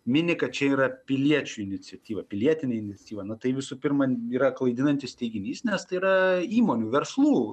mini kad čia yra piliečių iniciatyva pilietinė iniciatyva na tai visų pirma yra klaidinantis teiginys nes tai yra įmonių verslų